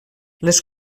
les